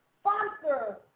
sponsor